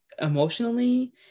emotionally